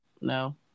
No